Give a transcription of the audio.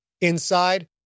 Inside